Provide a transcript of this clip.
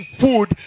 food